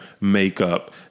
makeup